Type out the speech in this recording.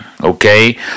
okay